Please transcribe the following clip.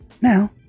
Now